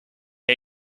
are